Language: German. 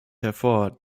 hervor